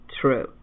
true